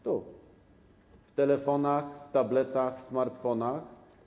Tu, w telefonach, w tabletach i smartfonach.